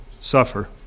suffer